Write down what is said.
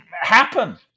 happen